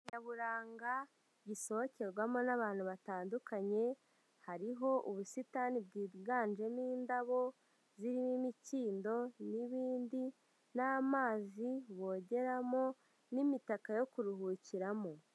Nyaburanga gishokerwamo n'abantu batandukanye, hariho ubusitani bwiganjemo indabo zirimo imikindo n'ibindi n'amazi bogeramo n'imitaka yo kuruhukiramo.